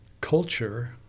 culture